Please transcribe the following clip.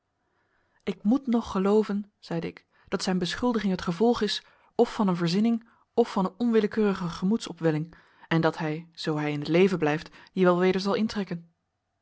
ik moet nog gelooven zeide ik dat zijn beschuldiging het gevolg is of van een verzinning of van een onwillekeurige gemoedsopwelliug en dat hij zoo hij in t leven blijft die wel weder zal intrekken